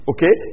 Okay